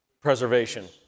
preservation